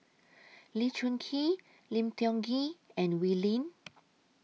Lee Choon Kee Lim Tiong Ghee and Wee Lin